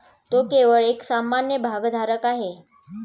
तो केवळ एक सामान्य भागधारक आहे